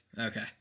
Okay